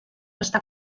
està